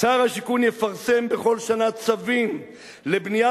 שר השיכון יפרסם בכל שנה צווים לבניית